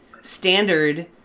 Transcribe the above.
standard